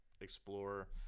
explorer